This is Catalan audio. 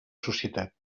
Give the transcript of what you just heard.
societat